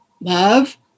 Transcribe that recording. love